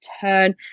turn